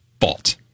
fault